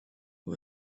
who